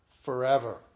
forever